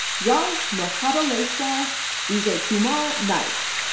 raj mahabaleshwar vijaykumar naik,